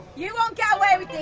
you won't get away with this,